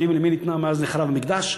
יודעים למי ניתנה מאז נחרב המקדש,